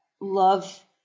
love